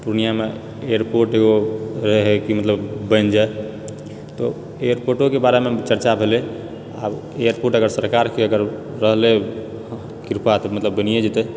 पूर्णियाँमे एयरपोर्ट रहै कि मतलब बनि जाए तऽ एयरपोर्टोके बारेमे चर्चा भेलै आब एयरपोर्ट अगर सरकारकेँ अगर रहलै कृपा तऽ मतलब बनिए जेतए